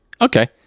okay